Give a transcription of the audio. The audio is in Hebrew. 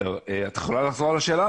את יכולה לחזור על השאלה?